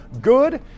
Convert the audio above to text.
Good